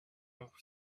off